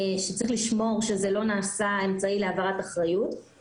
צריך לשמור שזה לא נעשה אמצעי להעברת אחריות.